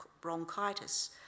bronchitis